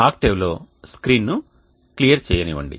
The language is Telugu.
ఆక్టేవ్లో స్క్రీన్ను క్లియర్ చేయనివ్వండి